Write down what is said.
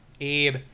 Abe